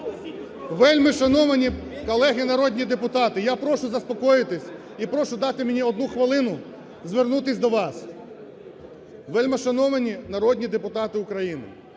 Вельмишановні колеги народні депутати, я прошу заспокоїтись і прошу дати мені одну хвилину звернутись до вас. Вельмишановні народні депутати України!